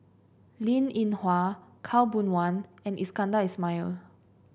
Linn In Hua Khaw Boon Wan and Iskandar Ismail